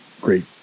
great